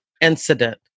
incident